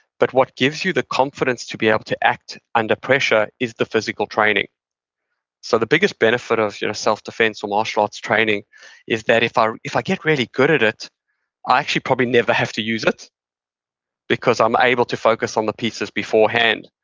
but what gives you confidence to be able to act under pressure is the physical training so, the biggest benefit of you know self-defense and so martial arts training is that if i if i get really good at it, i actually probably never have to use it because i'm able to focus on the pieces beforehand.